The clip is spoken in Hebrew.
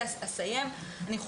ושוב,